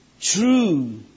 true